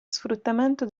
sfruttamento